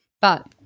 But-